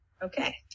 Okay